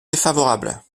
défavorable